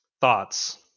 Thoughts